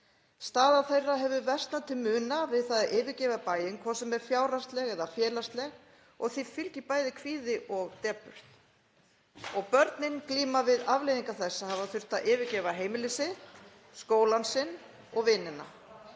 Staða þeirra hefur versnað til muna við að yfirgefa bæinn, hvort sem er fjárhagslega eða félagslega, og því fylgir bæði kvíði og depurð. Börnin glíma við afleiðingar þess að hafa þurft að yfirgefa heimili sitt, skólann sinn og vinina.